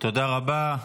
תודה רבה.